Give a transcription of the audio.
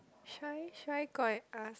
should I should I go out and ask